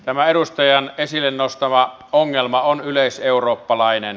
tämä edustajan esille nostama ongelma on yleiseurooppalainen